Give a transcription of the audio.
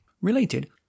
related